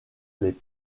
les